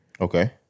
Okay